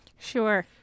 Sure